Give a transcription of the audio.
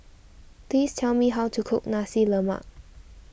please tell me how to cook Nasi Lemak